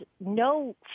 no